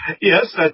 Yes